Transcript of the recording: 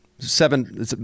Seven